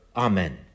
Amen